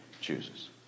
chooses